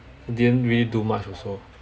didn't really do much also